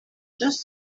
just